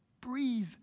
Breathe